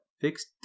fixed